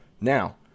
Now